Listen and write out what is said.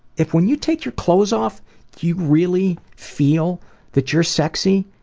if when you take your clothes off you really feel that you're sexy,